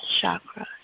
chakra